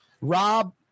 Rob